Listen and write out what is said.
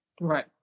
Right